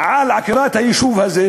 על עקירת היישוב הזה,